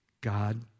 God